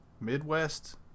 Midwest